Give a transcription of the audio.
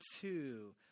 two